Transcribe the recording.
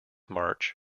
march